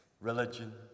Religion